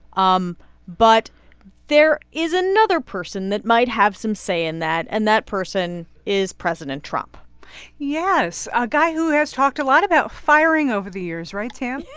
um but there is another person that might have some say in that, and that person is president trump yes, a guy who has talked a lot about firing over the years, right, tam?